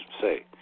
say